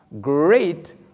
great